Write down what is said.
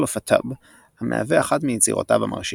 of A Tub המהווה אחת מיצירותיו המרשימות.